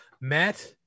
matt